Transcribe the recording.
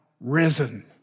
risen